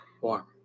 Warm